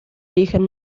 origen